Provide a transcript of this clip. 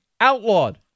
outlawed